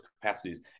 capacities